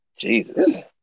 Jesus